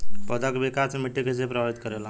पौधा के विकास मे मिट्टी कइसे प्रभावित करेला?